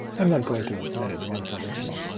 i'm not going to let it run for this long.